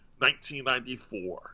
1994